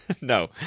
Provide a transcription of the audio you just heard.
No